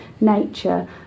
nature